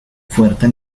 fuerte